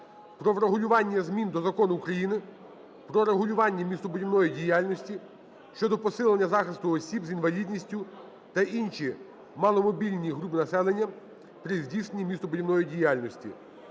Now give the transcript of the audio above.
про врегулювання змін до Закону України "Про регулювання містобудівної діяльності" (щодо посилення захисту осіб з інвалідністю та інших маломобільних груп населення при здійсненні містобудівної діяльності).